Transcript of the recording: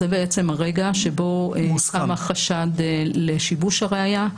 זה בעצם הרגע שבו קם החשד לשיבוש הראיה.